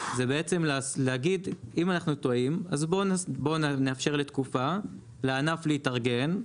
זה בעצם להגיד אם אנחנו טועים אז בוא נאפשר לתקופה לענף להתארגן,